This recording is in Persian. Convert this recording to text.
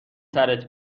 سرت